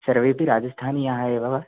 सर्वेऽपि राजस्थानीयाः एव वा